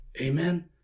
Amen